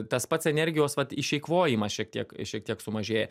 tas pats energijos vat išeikvojimas šiek tiek šiek tiek sumažėja